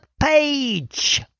page